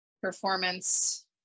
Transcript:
performance